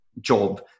job